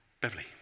Beverly